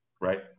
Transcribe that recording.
right